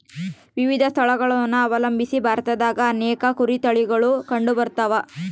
ವಿವಿಧ ಸ್ಥಳಗುಳನ ಅವಲಂಬಿಸಿ ಭಾರತದಾಗ ಅನೇಕ ಕುರಿ ತಳಿಗುಳು ಕಂಡುಬರತವ